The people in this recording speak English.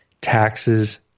taxes